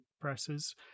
presses